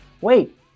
wait